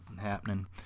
happening